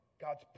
God's